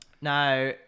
Now